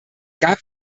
gab